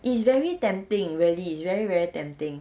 it's very tempting really it's very very tempting